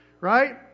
right